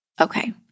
Okay